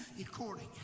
according